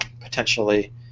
Potentially